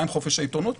מה עם חופש העיתונות,